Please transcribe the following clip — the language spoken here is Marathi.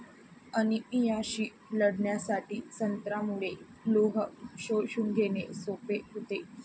अनिमियाशी लढण्यासाठी संत्र्यामुळे लोह शोषून घेणे सोपे होते